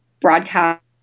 broadcast